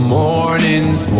morning's